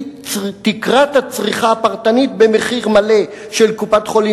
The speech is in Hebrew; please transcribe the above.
תקרת הצריכה הפרטנית במחיר מלא של קופת-חולים